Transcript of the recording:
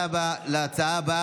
60 בעד,